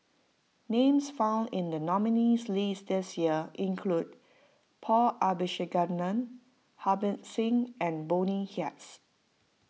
names found in the nominees' list this year include Paul Abisheganaden Harbans Singh and Bonny